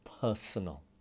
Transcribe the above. personal